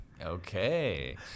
Okay